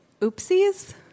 Oopsies